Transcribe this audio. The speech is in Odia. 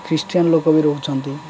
ଖ୍ରୀଷ୍ଟିୟାନ ଲୋକ ବି ରହୁଛନ୍ତି